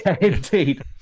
indeed